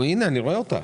הנה, אני רואה אותה.